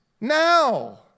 Now